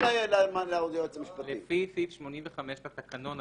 לפי סעיף 85 לתקנון,